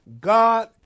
God